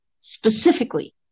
specifically